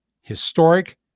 historic